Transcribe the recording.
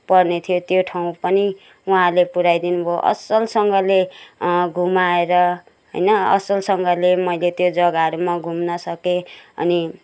पर्ने थियो त्यो ठाउँ पनि वहाँले पुराइदिनु भो असलसँगले घुमाएर होइन असलसँगले मैले त्यो जग्गाहरूमा घुम्नु सके अनि